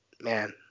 man